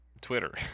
Twitter